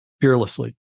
fearlessly